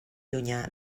llunyà